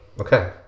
Okay